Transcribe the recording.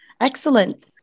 Excellent